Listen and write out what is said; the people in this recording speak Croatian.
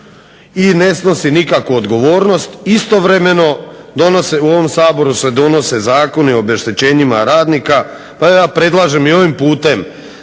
i ne snosi nikakvu odgovornost. Istovremeno u ovom Saboru se donose zakoni o obeštećenjima radnika, pa ja predlažem i ovim putem